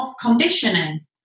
conditioning